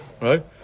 Right